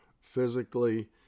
physically